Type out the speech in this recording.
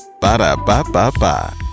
Ba-da-ba-ba-ba